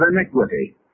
iniquity